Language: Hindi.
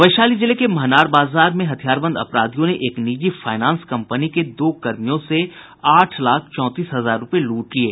वैशाली जिले के महनार बाजार में हथियारबंद अपराधियों ने एक निजी फाईनांस कम्पनी के दो कर्मियों से आठ लाख चौंतीस हजार रूपये लूट लिये